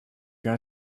got